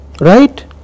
right